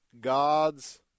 God's